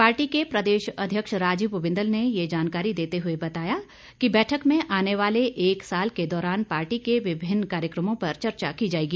party के प्रदेश अध्यक्ष राजीव बिंदल ने यह जानकारी देते हुए बताया कि इस दौरान आने वाले एक साल के दौरान पार्टी के विभिन्न कार्यक्रमों पर चर्चा की जाएगी